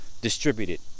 distributed